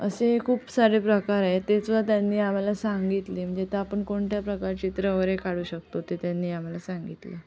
असे खूप सारे प्रकार आहेत तेसुद्धा त्यांनी आम्हाला सांगितले म्हणजे तर आपण कोणत्या प्रकार चित्रं वगैरे काढू शकतो ते त्यांनी आम्हाला सांगितलं